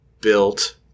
built